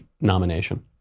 nomination